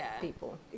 people